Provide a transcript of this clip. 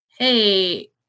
Hey